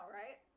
right